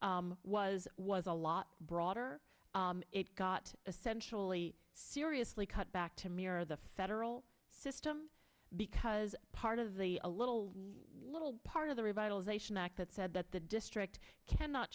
was was a lot broader it got essentially seriously cut back to mirror the federal system because part of the a little little part of the revitalization act that said that the district cannot